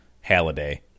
Halliday